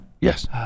Yes